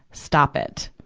stop it.